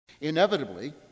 Inevitably